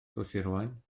rhoshirwaun